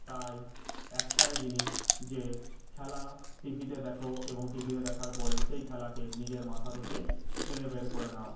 তাই একটাই জিনিস যে খেলা টি ভিতে দেখ এবং টি ভিতে দেখার পরে সেই খেলাকে নিজের মাথা থেকে ঝেড়ে বের করে নাও